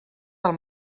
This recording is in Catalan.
del